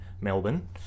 Melbourne